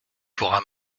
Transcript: pour